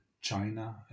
China